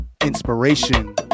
Inspiration